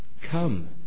Come